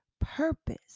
purpose